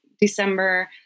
December